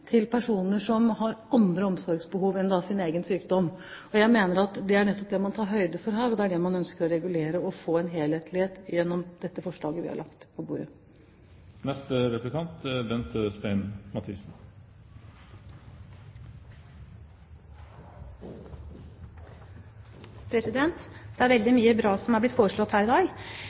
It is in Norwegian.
personer fri der det dreier seg om andre omsorgsbehov enn det som gjelder egen sykdom. Jeg mener at det er nettopp det man tar høyde for her, og det er det man ønsker å regulere og få en helhet i, gjennom det forslaget vi har lagt på bordet. Det er veldig mye bra som er blitt foreslått her i dag,